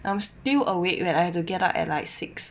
I'm still awake that I have to get up at like six